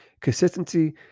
consistency